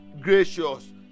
gracious